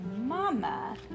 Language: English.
Mama